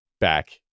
back